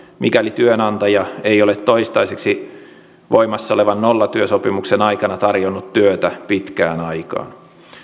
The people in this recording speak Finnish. mikäli työnantaja ei ole toistaiseksi voimassa olevan nollatyösopimuksen aikana tarjonnut työtä pitkään aikaan